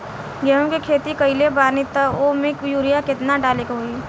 गेहूं के खेती कइले बानी त वो में युरिया केतना डाले के होई?